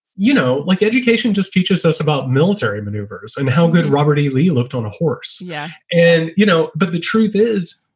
you know, like education just teaches us about military maneuvers and how good robert e. lee looked on a horse. yeah. and, you know, but the truth is,